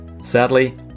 Sadly